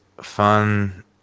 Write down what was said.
fun